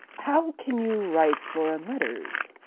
how can you write foreign letters?